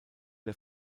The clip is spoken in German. der